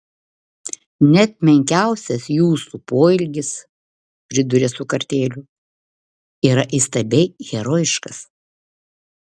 net menkiausias jūsų poelgis priduria su kartėliu yra įstabiai herojiškas